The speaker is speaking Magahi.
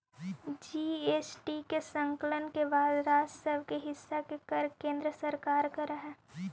जी.एस.टी के संकलन के बाद राज्य सब के हिस्सा के कर केन्द्र सरकार कर हई